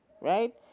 right